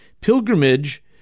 pilgrimage